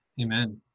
Amen